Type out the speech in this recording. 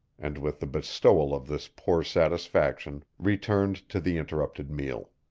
and with the bestowal of this poor satisfaction returned to the interrupted meal.